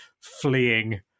fleeing